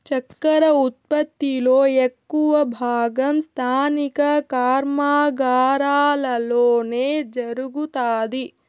చక్కర ఉత్పత్తి లో ఎక్కువ భాగం స్థానిక కర్మాగారాలలోనే జరుగుతాది